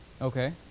Okay